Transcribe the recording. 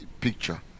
picture